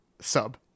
sub